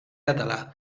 català